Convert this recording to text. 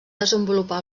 desenvolupar